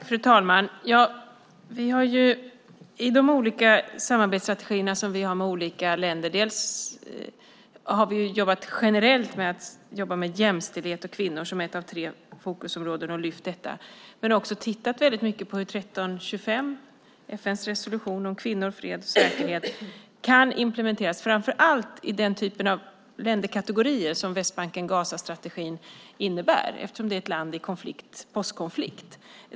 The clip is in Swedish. Fru talman! Vi har i de olika samarbetsstrategier som vi har med olika länder jobbat generellt med jämställdhet och kvinnor som ett av tre fokusområden och lyft fram detta, men också tittat väldigt mycket på hur FN:s resolution 1325 om kvinnor, fred och säkerhet kan implementeras framför allt i den typ av länder som strategin för Västbanken och Gaza gäller, eftersom det är ett land i postkonflikt.